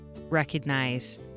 recognize